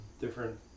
different